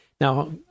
Now